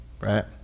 right